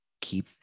keep